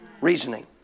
Reasoning